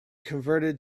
converted